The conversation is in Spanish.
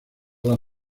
las